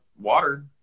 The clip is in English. water